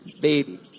baby